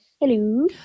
Hello